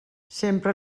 sempre